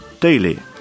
daily